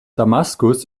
damaskus